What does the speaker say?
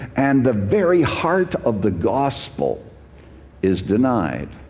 and the very heart of the gospel is denied.